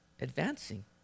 advancing